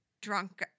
drunk